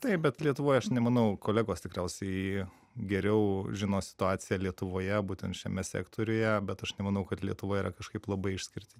taip bet lietuvoj aš nemanau kolegos tikriausiai geriau žino situaciją lietuvoje būtent šiame sektoriuje bet aš nemanau kad lietuvoje kažkaip labai išskirti